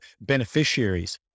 beneficiaries